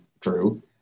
true